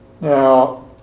Now